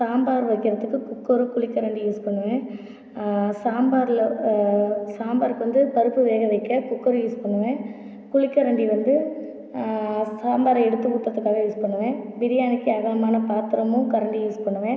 சாம்பார் வைக்கிறத்துக்கு குக்கரும் குழி கரண்டியும் யூஸ் பண்ணுவேன் சாம்பாரில் சாம்பாருக்கு வந்து பருப்பு வேகவைக்க குக்கர் யூஸ் பண்ணுவேன் குழி கரண்டி வந்து சாம்பரா எடுத்து ஊற்றுறத்துக்காக யூஸ் பண்ணுவேன் பிரியாணிக்கு அகலமான பாத்திரமும் கரண்டியும் யூஸ் பண்ணுவேன்